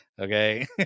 Okay